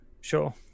Sure